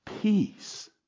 peace